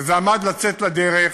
וזה עמד לצאת לדרך,